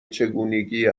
چگونگی